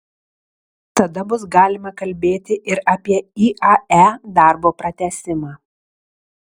tada bus galima kalbėti ir apie iae darbo pratęsimą